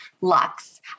Lux